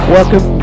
Welcome